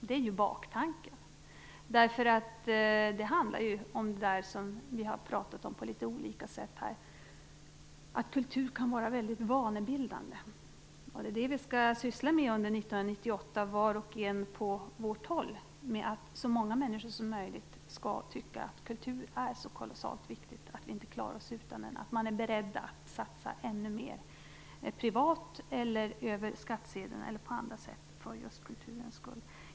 Det är baktanken. Det handlar ju om det som vi har pratat om här på litet olika sätt, nämligen om att kultur kan vara väldigt vanebildande. Vi skall syssla med det under 1998, var och en på sitt håll. Så många människor som möjligt skall tycka att kulturen är så kolossalt viktig att man inte klarar sig utan den, utan är beredd att satsa ännu mer - privat, över skattsedeln eller på andra sätt - för kulturens skull.